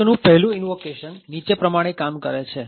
Func નું પહેલું invocation નીચે પ્રમાણે કામ કરે છે